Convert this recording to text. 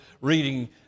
reading